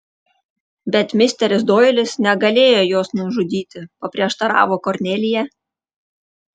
bet misteris doilis negalėjo jos nužudyti paprieštaravo kornelija